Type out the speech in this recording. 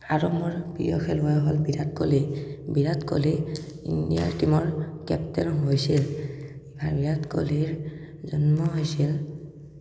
আৰু মোৰ প্ৰিয় খেলুৱৈ হ'ল বিৰাট কোহলি বিৰাট কোহলি ইণ্ডিয়া টীমৰ কেপ্টেইনো হৈছিল আৰু বিৰাট কোহলিৰ জন্ম হৈছিল